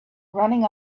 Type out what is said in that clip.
running